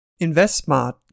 InvestSmart